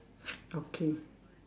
okay